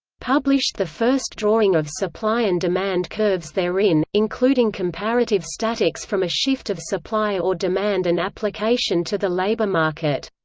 published the first drawing of supply and demand curves therein, including comparative statics from a shift of supply or demand and application to the labor market.